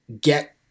get